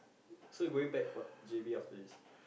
so you going back what J_B after this